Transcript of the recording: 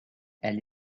elle